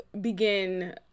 begin